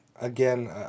Again